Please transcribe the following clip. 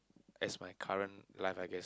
as my current life I guess